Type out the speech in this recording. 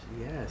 yes